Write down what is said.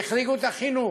והחריגו את החינוך,